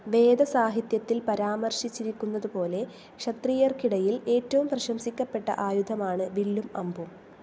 വേദ സാഹിത്യത്തിൽ പരാമർശിച്ചിരിക്കുന്നതുപോലെ ക്ഷത്രിയർക്കിടയിൽ ഏറ്റവും പ്രശംസിക്കപ്പെട്ട ആയുധമാണ് വില്ലും അമ്പും